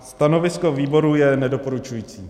Stanovisko výboru je nedoporučující.